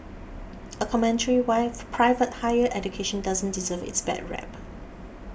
a commentary why private higher education doesn't deserve its bad rep